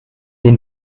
den